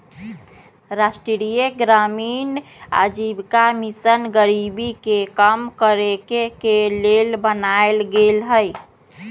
राष्ट्रीय ग्रामीण आजीविका मिशन गरीबी के कम करेके के लेल बनाएल गेल हइ